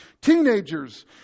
Teenagers